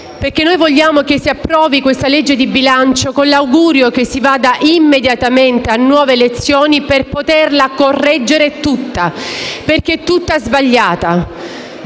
perché vogliamo che si approvi questo disegno di legge di bilancio con l'augurio che si vada immediatamente a nuove elezioni per poterlo correggere tutto, perché è tutto sbagliato.